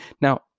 Now